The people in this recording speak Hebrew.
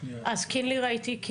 אז קינלי, ראיתי.